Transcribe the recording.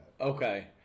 Okay